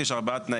ויש באתר,